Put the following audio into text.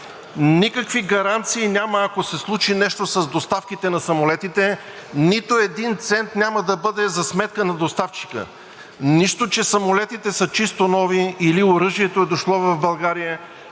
Никакви гаранции няма, ако се случи нещо с доставките на самолетите – нито един цент няма да бъде за сметка на доставчика! Нищо че самолетите са чисто нови или оръжието е дошло в България,